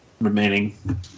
remaining